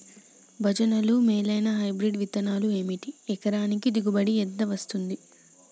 భజనలు మేలైనా హైబ్రిడ్ విత్తనాలు ఏమిటి? ఎకరానికి దిగుబడి ఎలా వస్తది?